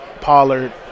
Pollard